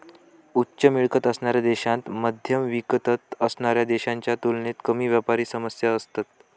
उच्च मिळकत असणाऱ्या देशांत मध्यम मिळकत असणाऱ्या देशांच्या तुलनेत कमी व्यापारी समस्या असतत